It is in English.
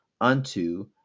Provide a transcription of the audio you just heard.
unto